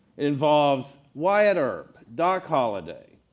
involves wyatt earp, doc holiday,